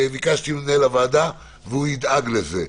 ביקשתי ממנהל הוועדה והוא ידאג לזה.